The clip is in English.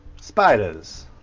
spiders